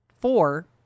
four